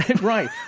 Right